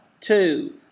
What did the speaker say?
two